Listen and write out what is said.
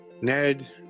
Ned